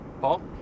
Paul